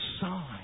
sign